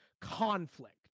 conflict